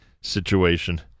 situation